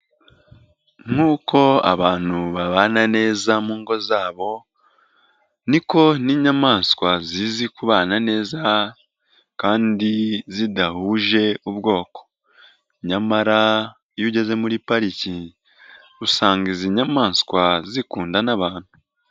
Nk'uko abantu babana neza mu ngo zabo niko n'inyamaswa zizi kubana neza kandi zidahuje ubwoko, nyamara iyo ugeze muri pariki usanga izi nyamaswa zikunda n'abantu.